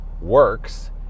works